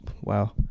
wow